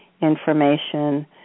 information